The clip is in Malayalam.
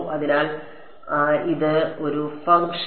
അതിനാൽ അതിനാലാണ് ഇത് ഒരു ഫംഗ്ഷൻ